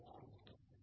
M I R